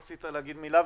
רצית להגיד מילה,